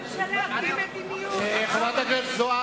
זו לא ממשלה, בלי מדיניות.